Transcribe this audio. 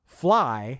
fly